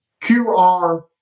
QR